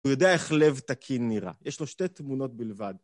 הוא יודע איך לב תקין נראה. יש לו שתי תמונות בלבד.